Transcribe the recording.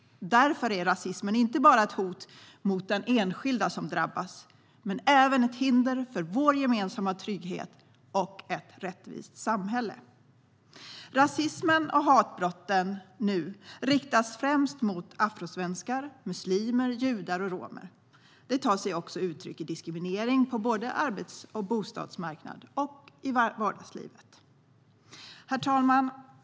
Därför är rasismen inte bara ett hot mot den enskilde som drabbas utan också ett hinder för vår gemensamma trygghet och ett rättvist samhälle. Rasismen och hatbrotten riktas nu främst mot afrosvenskar, muslimer, judar och romer. Rasismen tar sig också uttryck i diskriminering på både arbetsmarknaden och bostadsmarknaden och i vardagslivet. Herr talman!